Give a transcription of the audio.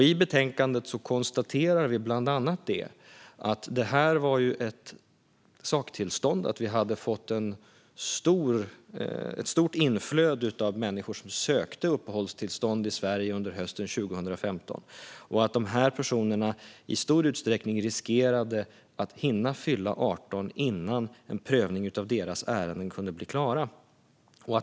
I betänkandet konstaterar vi bland annat att det var ett tillstånd där vi hade fått ett stort inflöde av människor som sökte uppehållstillstånd i Sverige under hösten 2015 och att de här personerna i stor utsträckning riskerade att hinna fylla 18 innan en prövning av deras ärenden kunde bli klar.